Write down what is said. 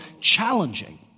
challenging